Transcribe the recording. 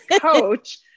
coach